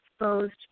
exposed